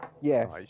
Yes